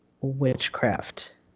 witchcraft